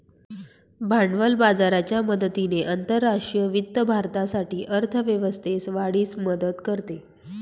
भांडवल बाजाराच्या मदतीने आंतरराष्ट्रीय वित्त भारतासाठी अर्थ व्यवस्थेस वाढीस मदत करते